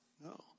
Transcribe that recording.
no